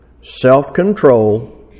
self-control